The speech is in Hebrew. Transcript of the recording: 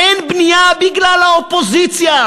אין בנייה בגלל האופוזיציה.